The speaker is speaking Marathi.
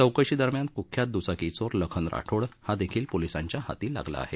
चौकशीदरम्यान कुख्यात दुचाकी चोर लखन राठोड हा देखील पोलिसांच्या हाती लागला आहे